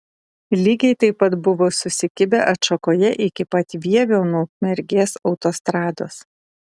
lygiai taip pat buvo susikibę atšakoje iki pat vievio nuo ukmergės autostrados